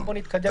בואו נתקדם.